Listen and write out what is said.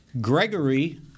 Gregory